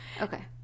okay